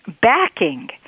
backing